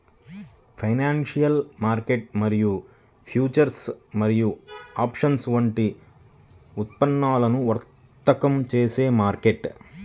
financial market ద్వారా futures మరియు options వంటి ఉత్పన్నాలను వర్తకం చేసే మార్కెట్